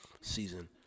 season